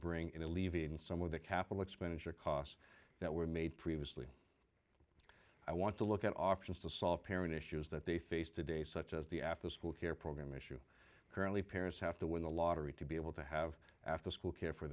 bring in alleviating some of the capital expenditure costs that were made previously i want to look at options to solve parent issues that they face today such as the after school care program issue currently parents have to win the lottery to be able to have after school care for